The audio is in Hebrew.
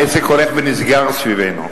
העסק הולך ונסגר סביבנו.